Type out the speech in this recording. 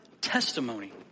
testimony